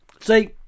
See